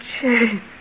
change